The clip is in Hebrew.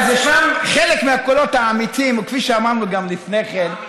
חלק מהקולות האמיצים, כפי שאמרנו כבר לפני כן,